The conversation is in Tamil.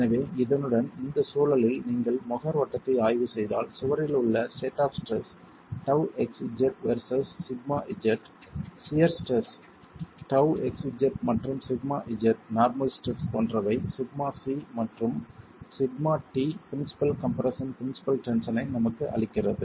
எனவே இதனுடன் இந்த சூழலில் நீங்கள் மோஹர் வட்டத்தை ஆய்வு செய்தால் சுவரில் உள்ள state of stress τxz versus σz shear stress τxz மற்றும் சிக்மா z நார்மல் ஸ்ட்ரெஸ் போன்றவை σc மற்றும் σt principal compression principal tension ஐ நமக்கு அளிக்கிறது